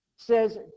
says